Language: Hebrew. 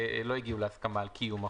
לא הגיעו להסכמה על קיום החוזה.